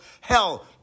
Hell